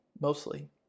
mostly